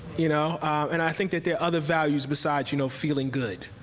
you know and i think there are other values besides you know feeling good.